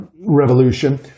revolution